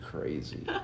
crazy